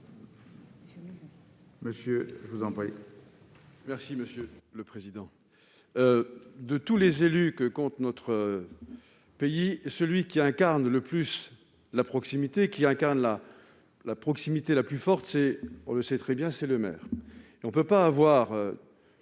monsieur le président.